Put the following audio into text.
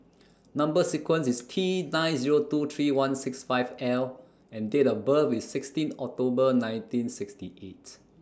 Number sequence IS T nine Zero two three one six five L and Date of birth IS sixteen October nineteen sixty eight